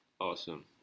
Awesome